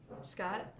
Scott